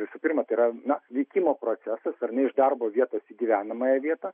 visų pirma tai yra na vykimo procesas ar ne iš darbo vietos į gyvenamąją vietą